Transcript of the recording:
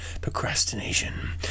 procrastination